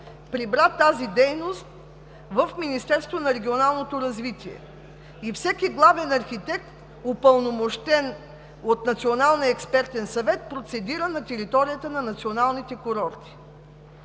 прибра тази дейност в Министерството на регионалното развитие и всеки главен архитект, упълномощен от Националния експертен съвет при МРРБ, процедира на територията на националните курорти.